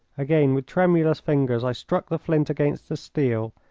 again with tremulous fingers i struck the flint against the steel,